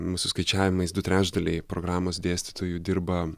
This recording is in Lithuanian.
mūsų skaičiavimais du trečdaliai programos dėstytojų dirba